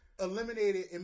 eliminated